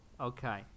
Okay